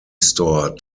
store